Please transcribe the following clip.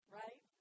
right